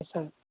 yes sir